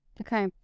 okay